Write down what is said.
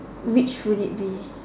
which would it be